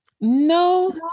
No